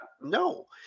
No